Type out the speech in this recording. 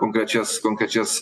konkrečias konkrečias